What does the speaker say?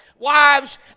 wives